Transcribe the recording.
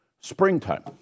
springtime